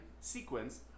sequence